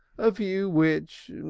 a view which,